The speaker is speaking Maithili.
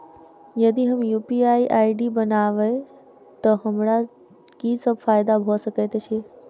यदि हम यु.पी.आई आई.डी बनाबै तऽ हमरा की सब फायदा भऽ सकैत अछि?